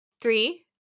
Three